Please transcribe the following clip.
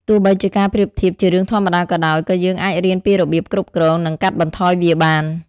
ទោះបីជាការប្រៀបធៀបជារឿងធម្មតាក៏ដោយ ក៏យើងអាចរៀនពីរបៀបគ្រប់គ្រង និងកាត់បន្ថយវាបាន។